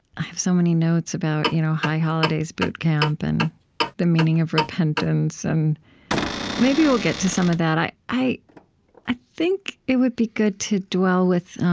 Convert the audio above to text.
i have so many notes about you know high holidays boot camp and the meaning of repentance and maybe we'll get to some of that. i i think it would be good to dwell with